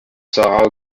sahara